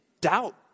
doubt